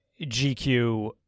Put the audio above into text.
GQ